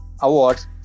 awards